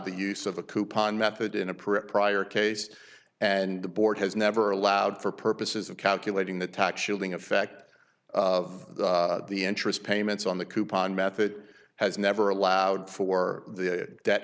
the use of a coupon method in a print prior case and the board has never allowed for purposes of calculating the tax shielding effect of the interest payments on the coupon method has never allowed for the debt